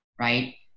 right